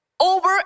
Over